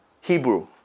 Hebrew